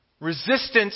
resistance